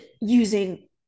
using